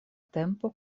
tempo